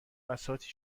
بساطی